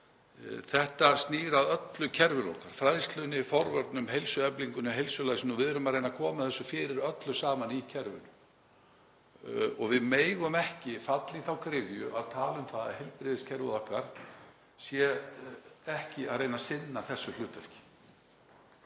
Þetta snýr að öllu kerfinu okkar, fræðslunni, forvörnum, heilsueflingunni heilsulæsinu, og við erum að reyna að koma þessu fyrir öllu saman í kerfinu. Við megum ekki falla í þá gryfju að tala um það að heilbrigðiskerfið okkar sé ekki að reyna að sinna þessu hlutverki.